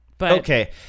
Okay